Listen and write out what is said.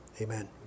Amen